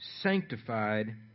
sanctified